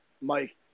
Mike